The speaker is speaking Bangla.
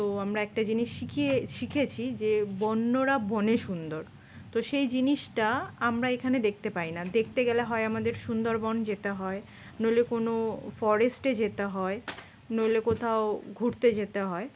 তো আমরা একটা জিনিস শিখিয়ে শিখেছি যে বন্যরা বনে সুন্দর তো সেই জিনিসটা আমরা এখানে দেখতে পাই না দেখতে গেলে হয় আমাদের সুন্দরবন যেতে হয় নইলে কোনো ফরেস্টে যেতে হয় নইলে কোথাও ঘুরতে যেতে হয়